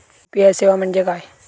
UPI सेवा म्हणजे काय?